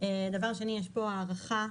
הוא הרבה יותר נגיש,